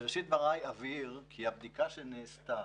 בראשית דבריי אבהיר כי הבדיקה שנעשתה,